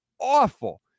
awful